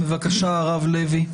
בבקשה, הרב לוי.